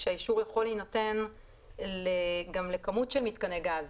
כשהאישור יכול להינתן גם לכמות של מיתקני גז,